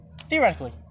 theoretically